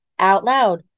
OutLoud